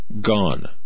gone